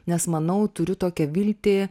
nes manau turiu tokią viltį